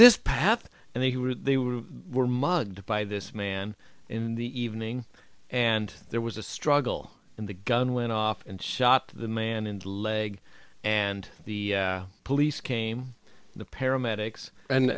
this path and they were they were were mugged by this man in the evening and there was a struggle in the gun went off and shot the man in the leg and the police came the paramedics